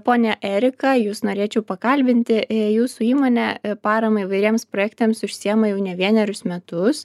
ponia erika jus norėčiau pakalbinti jūsų įmonė parama įvairiems projektams užsiima jau ne vienerius metus